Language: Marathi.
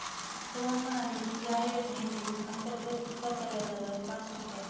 सोहन म्हणाले की या योजनेतील अंतर्गत परताव्याचा दर पाच टक्के आहे